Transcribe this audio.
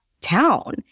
town